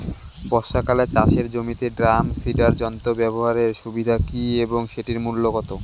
বর্ষাকালে চাষের জমিতে ড্রাম সিডার যন্ত্র ব্যবহারের সুবিধা কী এবং সেটির মূল্য কত?